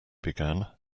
began